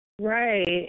Right